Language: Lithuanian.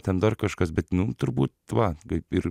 ten dar kažkas bet nu turbūt va kaip ir